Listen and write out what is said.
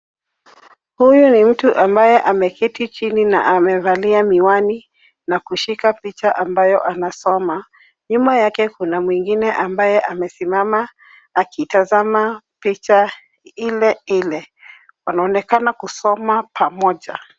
Huyu ni mtu ambaye ameketi chini na amevalia miwani na kushika picha ambayo anasoma. Nyuma yake kuna mwingine ambaye amesimama akitazama picha ile ile. Wanaonekana kusoma pamoja.